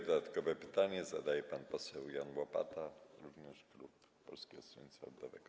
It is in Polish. Dodatkowe pytanie zadaje pan poseł Jan Łopata, również klub Polskiego Stronnictwa Ludowego.